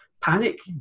panic